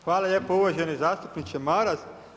Hvala lijepo uvaženi zastupniče Maras.